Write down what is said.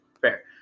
Fair